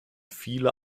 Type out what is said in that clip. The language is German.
viele